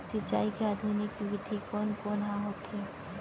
सिंचाई के आधुनिक विधि कोन कोन ह होथे?